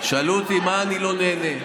שאלו אותי ממה אני לא נהנה.